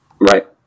right